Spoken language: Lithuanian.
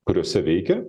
kuriose veikia